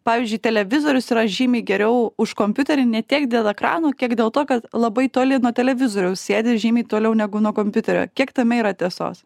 pavyzdžiui televizorius yra žymiai geriau už kompiuterį ne tiek dėl ekrano kiek dėl to kad labai toli nuo televizoriaus sėdi žymiai toliau negu nuo kompiuterio kiek tame yra tiesos